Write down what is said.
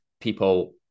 people